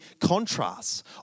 contrasts